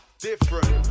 Different